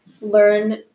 learn